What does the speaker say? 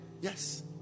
Yes